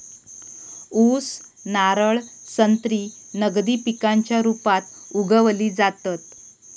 ऊस, नारळ, संत्री नगदी पिकांच्या रुपात उगवली जातत